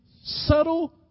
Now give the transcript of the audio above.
subtle